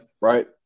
right